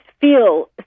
feel